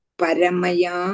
paramaya